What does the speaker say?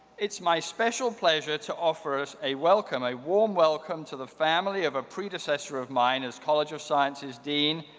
it's my special pleasure to offer us a welcome, a warm welcome to the family of a predecessor of mine as college of sciences dean,